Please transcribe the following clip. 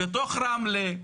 בתוך רמלה.